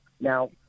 Now